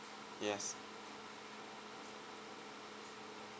yes